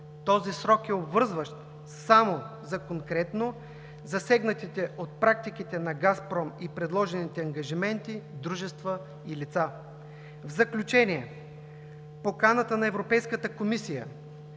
този срок е обвързващ само за конкретно засегнатите от практиките на „Газпром“ и предложените ангажименти, дружества и лица. В заключение, поканата на Европейската комисия